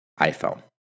iPhone